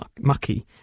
mucky